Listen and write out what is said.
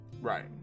right